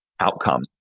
outcome